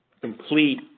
complete